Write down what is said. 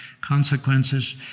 consequences